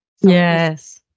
Yes